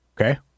okay